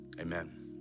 amen